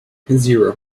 zero